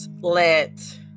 let